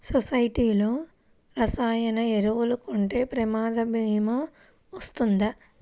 సొసైటీలో రసాయన ఎరువులు కొంటే ప్రమాద భీమా వస్తుందా?